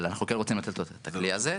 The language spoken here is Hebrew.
אבל אנחנו כן רוצים לתת לו את הכלי הזה.